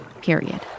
period